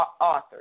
authors